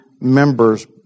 members